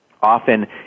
often